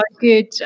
good